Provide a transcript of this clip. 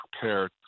prepared